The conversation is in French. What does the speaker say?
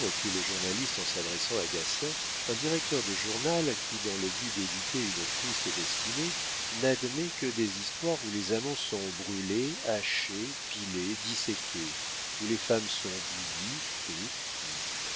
reprit le journaliste en s'adressant à gatien un directeur de journal qui dans le but d'éviter une triste destinée n'admet que des histoires où les amants sont brûlés hachés pilés disséqués où les femmes sont bouillies frites cuites